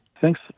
Thanks